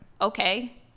okay